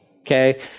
okay